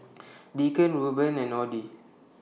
Deacon Rueben and Audie